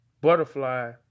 butterfly